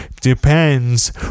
depends